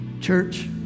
Church